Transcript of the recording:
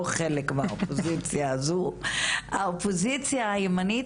אבל אני לא חלק מהאופוזיציה הזו - האופוזיציה הימנית,